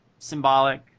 Symbolic